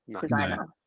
designer